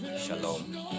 Shalom